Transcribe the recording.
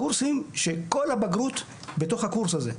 קורסים שכל הבגרות בתוך הקורס הזה.